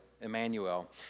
Emmanuel